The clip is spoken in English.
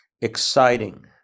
exciting